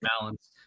balance